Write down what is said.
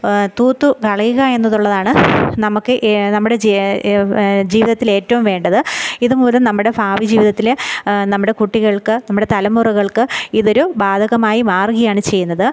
തൂത്തു കളയുക എന്നതുള്ളതാണ് നമുക്ക് നമ്മുടെ ജീവിതത്തിലേറ്റവും വേണ്ടത് ഇതുമൂലം നമ്മുടെ ഭാവി ജീവിതത്തിൽ നമ്മുടെ കുട്ടികള്ക്ക് നമ്മുടെ തലമുറകള്ക്ക് ഇതൊരു ബാധകമായി മാറുകയാണ് ചെയ്യുന്നത്